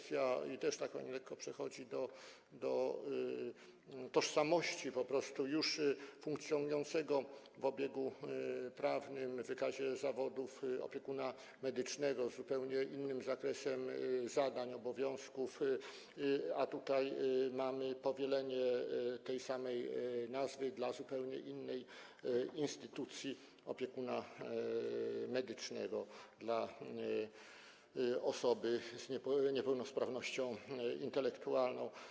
Też tak lekko pani przechodzi do tożsamości już funkcjonującego w obiegu prawnym, w wykazie zawodów, opiekuna medycznego z zupełnie innym zakresem zadań, obowiązków, a tutaj mamy powielenie tej samej nazwy dla zupełnie innej instytucji opiekuna medycznego dla osoby z niepełnosprawnością intelektualną.